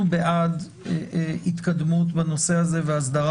אנחנו בעד התקדמות בנושא הזה והסדרה